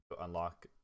unlock